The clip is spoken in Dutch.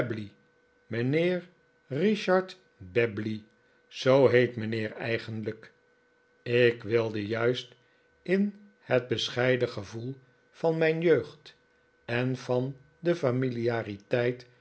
mijnheer richard babley zoo heet mijnheer eigenlijk ik wilde juist in het bescheiden gevoel van mijn jeugd en van de familiariteit